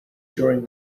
during